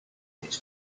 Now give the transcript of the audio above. its